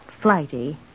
flighty